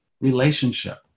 relationship